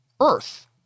Earth